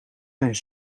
zijn